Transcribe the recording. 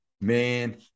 Man